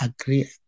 agree